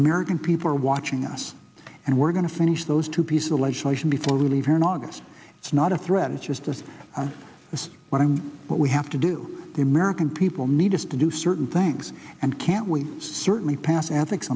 american people are watching us and we're going to finish those two pieces of legislation before we leave here in august it's not a threat it's just this is what i'm what we have to do the american people need us to do certain things and can't we certainly pass antics